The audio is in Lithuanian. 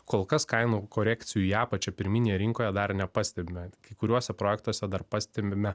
kol kas kainų korekcijų į apačią pirminėje rinkoje dar nepastebime kai kuriuose projektuose dar pastebime